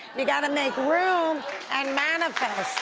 you gotta make room and manifest.